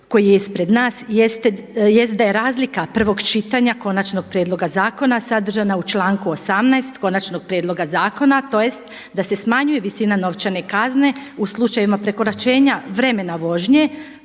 koji je ispred nas jest da je razlika prvog čitanja končanog prijedloga zakona sadržaja u članku 18. konačnog prijedloga zakona tj. da se smanjuje visina novčane kazne u slučajevima prekoračenja vremena vožnje,